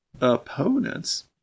opponents